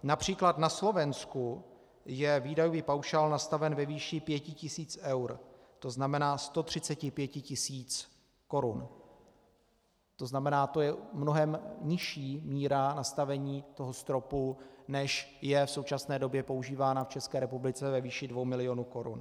Například na Slovensku je výdajový paušál nastaven ve výši 5 tisíc eur, tzn. 135 tisíc korun, tzn. to je mnohem nižší míra nastavení toho stropu, než je v současné době používána ve České republice ve výši dvou milionů korun.